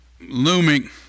looming